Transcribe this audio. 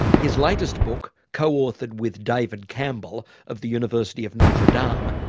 his latest book, co-authored with david campbell of the university of notre and um